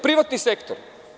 Privatni sektor?